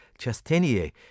Chastenier